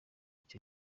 icyo